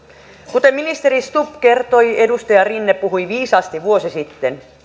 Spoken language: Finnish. kuten ministeri stubb kertoi edustaja rinne puhui viisaasti vuosi sitten